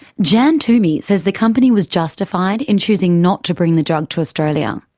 jan toomey says the company was justified in choosing not to bring the drug to australia.